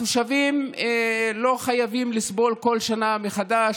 התושבים לא חייבים לסבול כל שנה מחדש.